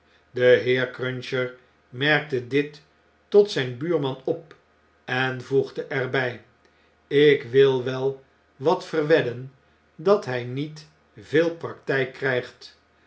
de heer cruncher merkte dit tot zjjn buurman op en voegde er bjj ik wil wel wat verwedden dat hjj niet veel praktjjk krjjgt